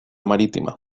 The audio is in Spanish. marítima